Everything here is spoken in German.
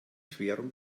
querung